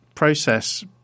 process